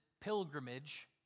pilgrimage